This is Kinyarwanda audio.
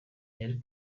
yari